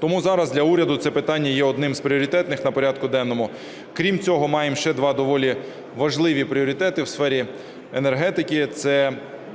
Тому зараз для уряду це питання є одним з пріоритетних на порядку денному. Крім цього, маємо ще два доволі важливі пріоритети у сфері енергетики: це